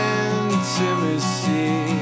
intimacy